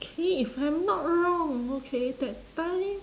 okay if I'm not wrong okay that time